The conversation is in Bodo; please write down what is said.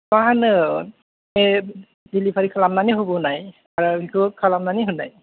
मा होनो बे दिलिभारि खालामनानै होबोनाय आं बिखौ खालामनानै होनाय